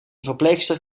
verpleegster